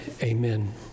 Amen